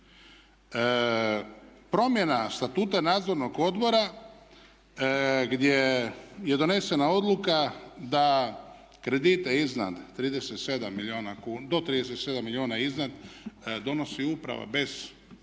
Promjena Statuta Nadzornog odbora gdje je donesena odluka da kredite iznad 37 milijuna, do 37 milijuna iznad donosi uprava bez odobrenja,